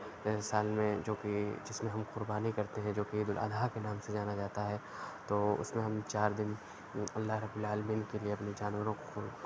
سال میں جو کہ جس میں ہم قربانی کرتے ہیں جو کہ عید الاضحی کے نام سے جانا جاتا ہے تو اُس میں ہم چار دِن اللہ رب العٰلمین کے لیے اپنی جانوروں کو